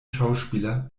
schauspieler